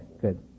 good